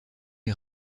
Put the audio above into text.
est